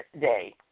day